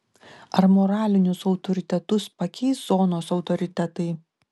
ar moralinius autoritetus pakeis zonos autoritetai